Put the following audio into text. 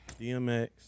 DMX